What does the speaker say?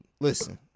Listen